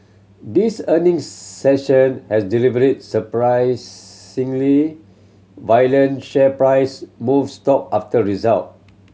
this earnings session has delivery surprisingly violent share price moves stock after result